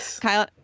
Kyle